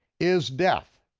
is death.